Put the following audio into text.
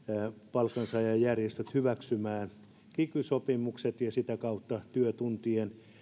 palkansaajajärjestöt hyväksymään kiky sopimukset ja sitä kautta työtuntien